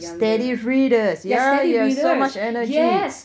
steady readers yeah you have so much energy